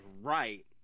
right